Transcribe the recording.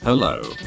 Hello